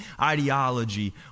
ideology